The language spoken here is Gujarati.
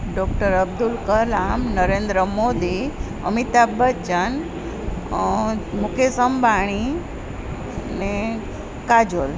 ડૉક્ટર અબ્દુલ કલામ નરેન્દ્ર મોદી અમિતાભ બચ્ચન મુકેશ અંબાણી ને કાજોલ